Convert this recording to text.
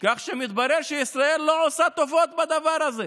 כך שמתברר שישראל לא עושה טובות בדבר הזה.